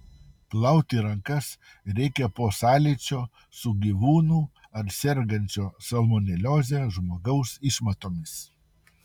plauti rankas reikia po sąlyčio su gyvūnų ar sergančio salmonelioze žmogaus išmatomis